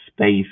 space